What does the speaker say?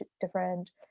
different